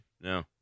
no